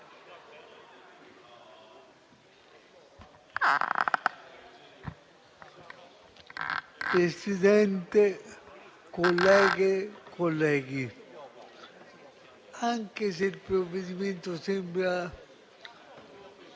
Presidente, colleghe, colleghi, anche se il provvedimento sembra